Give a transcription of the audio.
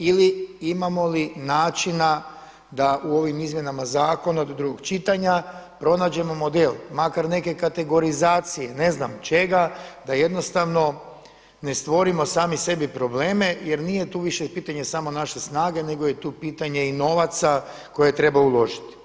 Ili, imamo li načina da u ovim izmjenama zakona do drugog čitanja pronađemo model, makar neke kategorizacije, ne znam čega, da jednostavno ne stvorimo sami sebi probleme jer nije tu više pitanje samo naše snage nego je tu pitanje i novaca koje treba uložiti.